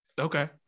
Okay